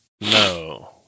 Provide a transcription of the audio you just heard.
No